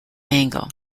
angle